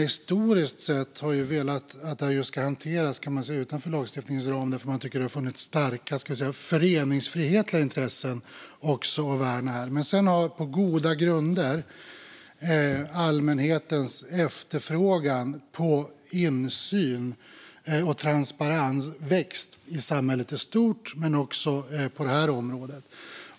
Historiskt sett har partierna velat att detta ska hanteras utanför lagstiftningens ram därför att de har tyckt att det också har funnits starka föreningsfrihetliga intressen att värna här. Sedan har, på goda grunder, allmänhetens efterfrågan på insyn och transparens växt i samhället i stort men också på detta område.